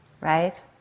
right